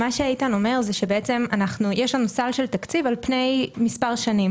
מה שאיתן אומר זה שיש לנו סל של תקציב על פני מספר שנים